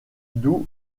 d’où